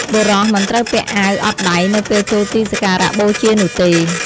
បុរសមិនត្រូវពាក់អាវអត់ដៃនៅពេលចូលទីសក្ការៈបូជានោះទេ។